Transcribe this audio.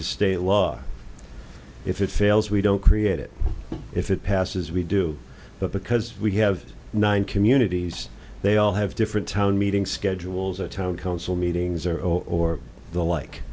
to state law if it fails we don't create it if it passes we do it because we have nine communities they all have different town meeting schedules or town council meetings or or the like